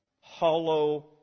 hollow